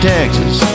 Texas